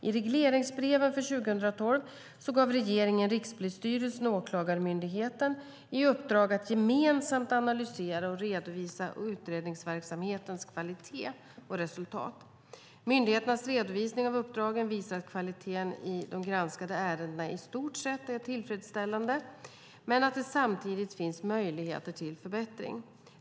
I regleringsbreven för 2012 gav regeringen Rikspolisstyrelsen och Åklagarmyndigheten i uppdrag att gemensamt analysera och redovisa utredningsverksamhetens kvalitet och resultat. Myndigheternas redovisning av uppdragen visar att kvaliteten i de granskade ärendena i stort är tillfredsställande men att det samtidigt finns möjligheter till förbättring.